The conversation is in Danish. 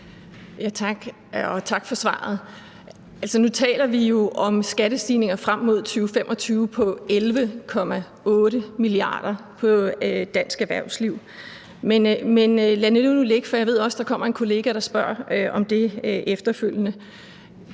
tak for svaret. Altså, nu taler vi jo om skattestigninger frem mod 2025 på 11,8 mia. kr. på dansk erhvervsliv, men lad det nu ligge, for jeg ved også, at der kommer en kollega, der spørger om det efterfølgende.